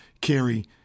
carry